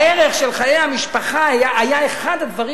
הערך של חיי המשפחה היה אחד הדברים